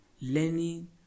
learning